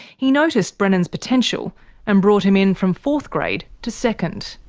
he noticed brennan's potential and brought him in from fourth grade to second.